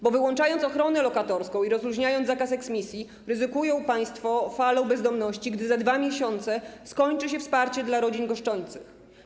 Bo wyłączając ochronę lokatorską i rozluźniając zakaz eksmisji, ryzykują państwo falą bezdomności, gdy za 2 miesiące skończy się wsparcie dla rodzin goszczących.